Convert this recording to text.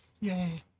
Yay